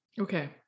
Okay